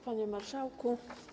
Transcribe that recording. Panie Marszałku!